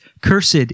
cursed